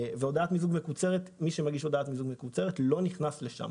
ומי שמגיש הודעת מיזוג מקוצרת לא נכנס לשם.